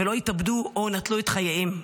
ולא "התאבדו" או "נטלו את חייהם",